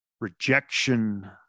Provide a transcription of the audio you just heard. rejection